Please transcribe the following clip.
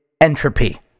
entropy